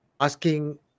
asking